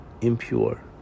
impure